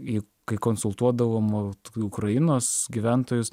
į kai konsultuodavom ukrainos gyventojus